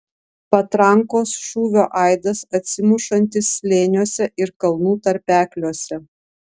patrankos šūvio aidas atsimušantis slėniuose ir kalnų tarpekliuose